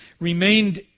remained